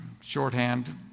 Shorthand